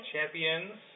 Champions